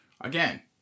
Again